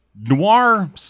noir